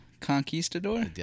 conquistador